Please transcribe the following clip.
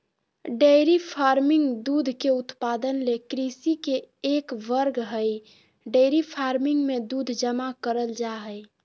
dairy farming दूध के उत्पादन ले कृषि के एक वर्ग हई डेयरी फार्मिंग मे दूध जमा करल जा हई